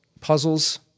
puzzles